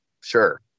sure